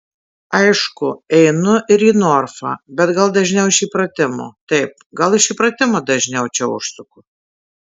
aišku einu ir į norfą bet gal dažniau iš įpratimo taip gal iš įpratimo dažniau čia užsuku